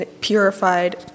purified